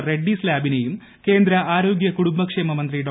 റെഡ്സിസ് ലാബിനെയും കേന്ദ്ര ആരോഗൃ കുടുംബക്ഷേമ മന്ത്രി ഡോ